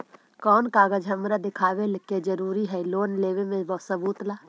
कौन कागज हमरा दिखावे के जरूरी हई लोन लेवे में सबूत ला?